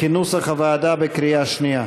כנוסח הוועדה, בקריאה שנייה,